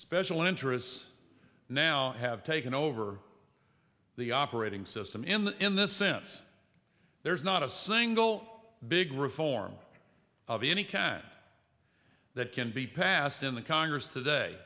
special interests now have taken over the operating system in the in this sense there's not a single big reform of any cat that can be passed in the congress today